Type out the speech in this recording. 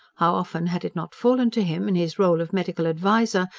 how often had it not fallen to him, in his role of medical adviser,